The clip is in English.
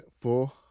four